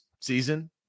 season